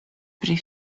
pri